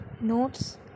notes